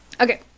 Okay